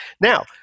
Now